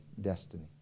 destiny